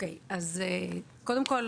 קודם כל,